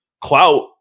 clout